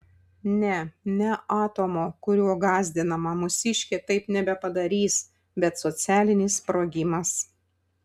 ne ne atomo kuriuo gąsdinama mūsiškė taip nebepadarys bet socialinis sprogimas